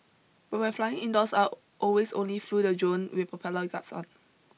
but when flying indoors I always only flew the drone with propeller guards on